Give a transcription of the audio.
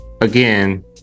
again